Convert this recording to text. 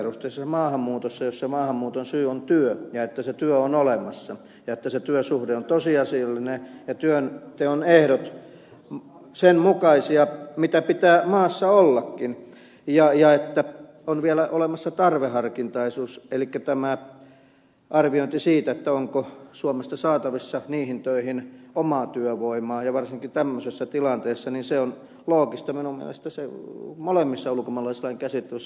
mutta työperusteisessa maahanmuutossa jolloin maahanmuuton syy on työ ja se työ on olemassa ja se työsuhde on tosiasiallinen ja työnteon ehdot sen mukaisia mitä pitää maassa ollakin ja on vielä olemassa tarveharkintaisuus elikkä arviointi siitä onko suomesta saatavissa niihin töihin omaa työvoimaa ja varsinkin tämmöisessä tilanteessa minusta vasemmistoliiton kanta on looginen molemmissa ulkomaalaislain käsittelyissä